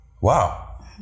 wow